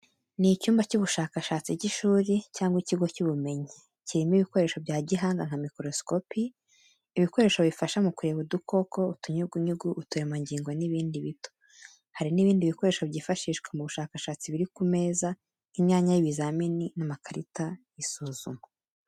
Ni icyumba cy'ubushakashatsi cy’ishuri cyangwa ikigo cy’ubumenyi. Kirimo ibikoresho bya gihanga nka mikorosikopi, ibikoresho bifasha mu kureba udukoko, utunyugunyugu, uturemangingo n’ibindi bito. Hari n’ibindi bikoresho byifashishwa mu bushakashatsi biri ku meza nk’imyanya y’ibizamini n’amakarita y’isuzuma.